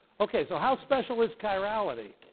okay, so how special is chirality?